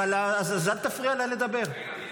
אבל --- אם תרצה.